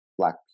Black